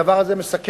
הדבר הזה מסכן